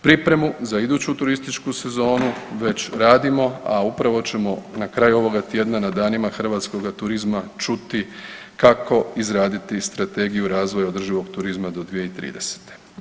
Pripremu za iduću turističku sezonu već radimo a upravo ćemo na kraju ovog tjedna na Danima hrvatskoga turizma čuti kako izraditi Strategiju razvoja održivog turizma do 2030.